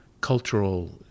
cultural